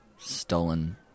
Stolen